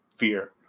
fear